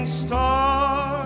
star